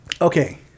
Okay